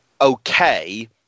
okay